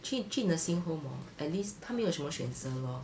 去去 nursing home orh at least 她没有什么选择 lor